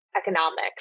economics